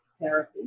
therapy